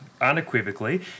unequivocally